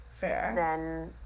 Fair